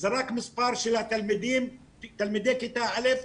זרק מספר של תלמידי כיתה א'